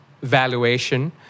valuation